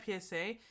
PSA